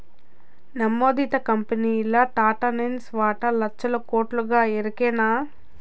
నమోదిత కంపెనీల్ల టాటాసన్స్ వాటా లచ్చల కోట్లుగా ఎరికనా